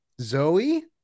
zoe